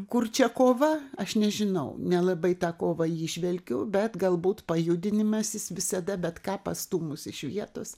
kur čia kova aš nežinau nelabai tą kovą įžvelgiu bet galbūt pajudinimas jis visada bet ką pastūmus iš vietos